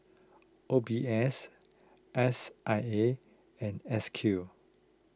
O B S S I A and S Q